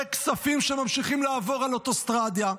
כספים שממשיכים לעבור על אוטוסטרדה.